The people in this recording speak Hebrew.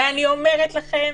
ואני אומרת לכם